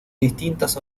distintas